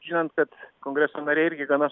žinant kad kongreso nariai irgi gana